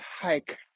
hike